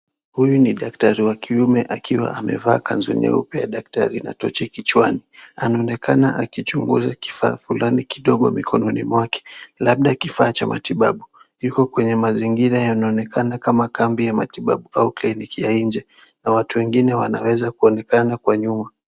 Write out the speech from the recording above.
Huyu ni daktari wa kiume akiwa amevaka kanzo nyeupe, daktari ana tochi kichwani, anaonekana akichunguza kifaa fulani kidogo mikononi mwake, labda kifaa cha matibabu, Iko kwenye mazingira yanaonekana kama kambi ya matibabu au kliniki ya nje, na watu wengine wanaweza kuonekana kwa nyuma.